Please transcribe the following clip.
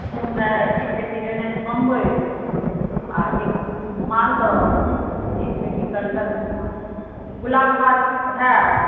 से हमरा एक पेटी लेनाइ छै बम्बइ आ एक पेटी मालदह एक पेटी कलकतिआ गुलाबखास होयत